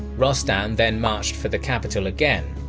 rostam then marched for the capital again.